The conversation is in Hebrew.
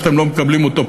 שאתם לא מקבלים אותו,